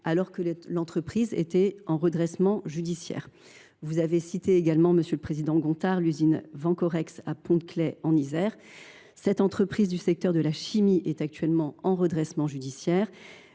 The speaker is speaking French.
alors que l’entreprise était en redressement judiciaire. Vous avez cité également l’usine Vencorex au Pont de Claix, en Isère. Cette entreprise du secteur de la chimie est actuellement en redressement judiciaire.